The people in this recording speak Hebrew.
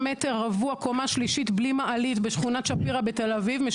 זאב אלקין,